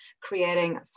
creating